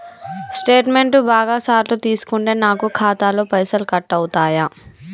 Statement బాగా సార్లు తీసుకుంటే నాకు ఖాతాలో పైసలు కట్ అవుతయా?